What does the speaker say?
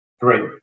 Three